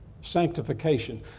Sanctification